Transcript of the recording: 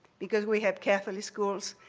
because we have catholic schools,